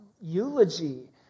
Eulogy